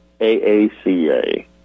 AACA